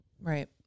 Right